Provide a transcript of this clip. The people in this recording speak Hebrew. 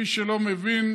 מי שלא מבין,